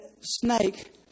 snake